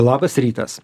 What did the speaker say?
labas rytas